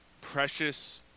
Precious